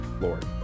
Lord